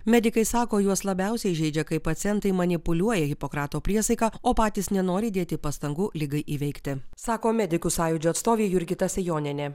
medikai sako juos labiausiai žeidžia kai pacientai manipuliuoja hipokrato priesaika o patys nenori dėti pastangų ligai įveikti sako medikų sąjūdžio atstovė jurgita sejonienė